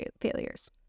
failures